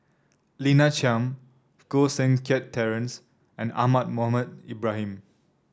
Lina Chiam Koh Seng Kiat Terence and Ahmad Mohamed Ibrahim